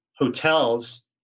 hotels